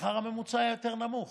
השכר הממוצע היה יותר נמוך.